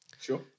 sure